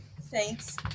thanks